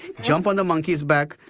jump on the monkey's back,